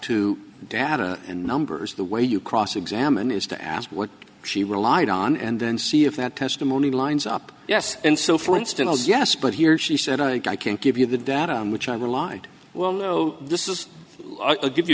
to data and numbers the way you cross examine is to ask what she relied on and then see if that testimony lines up yes and so for instance yes but here she said i can't give you the data on which i relied well no this is a give you